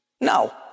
No